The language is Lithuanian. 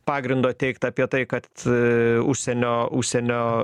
pagrindo teigt apie tai kad užsienio užsienio